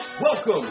Welcome